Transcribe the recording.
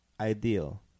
ideal